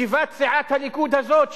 ישיבת סיעת הליכוד הזאת,